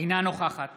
אינה נוכחת